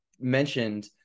mentioned